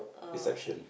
reception